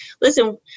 listen